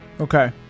Okay